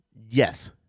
Yes